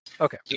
Okay